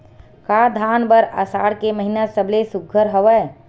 का धान बर आषाढ़ के महिना सबले सुघ्घर हवय?